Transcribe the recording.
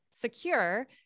secure